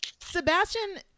Sebastian